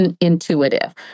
intuitive